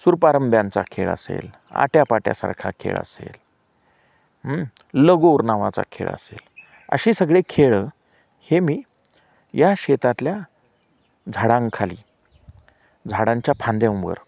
सुरपारंब्यांचा खेळ असेल आट्यापाट्यासारखा खेळ असेल लगोर नावाचा खेळ असेलअसे सगळे खेळ हे मी या शेतातल्या झाडांखाली झाडांच्या फाद्यावर